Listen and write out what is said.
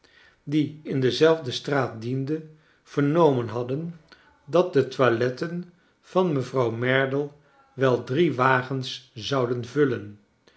die in dezelfde straat diende vernomen hadden dat de toiletten van rnevrouw merdle wel drie wagens zouden vullen